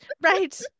right